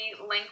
link